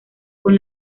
con